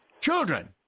Children